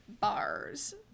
bars